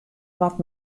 wat